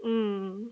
mm